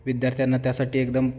विद्यार्थ्यांना त्यासाठी एकदम